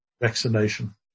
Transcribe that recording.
vaccination